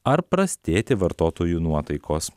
ar prastėti vartotojų nuotaikos